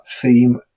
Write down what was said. theme